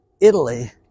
Italy